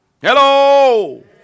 Hello